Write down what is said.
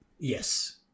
yes